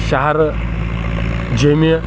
شہرٕ جٔمہِ